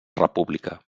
república